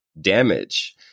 damage